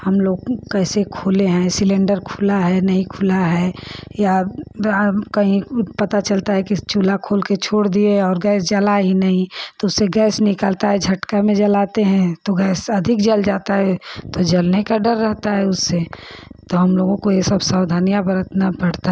हम लोग कैसे खोले हैं सिलिन्डर खुला है या नहीं खुला है या कहीं पता चलता है कि चूल्हा खोल कर छोड़ दिये और गैस जला ही नहीं तो उससे गैस निकलता है झटका में जलाते हैं तो गैस अधिक जल जाता है तो जलने का दर रहता है उससे हम लोगों को यह सब सावधानियाँ बरतना पड़ता है